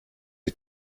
die